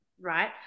right